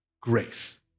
Grace